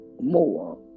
more